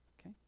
Okay